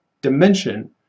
dimension